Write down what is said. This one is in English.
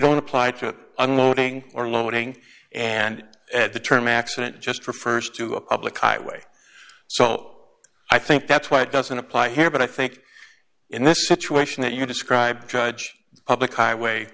don't apply to unloading or loading and the term accident just refers to a public highway so i think that's why it doesn't apply here but i think in this situation that you describe judge public highway